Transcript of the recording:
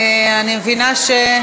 אני מבינה,